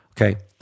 okay